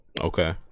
Okay